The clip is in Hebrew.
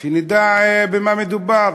שנדע במה מדובר.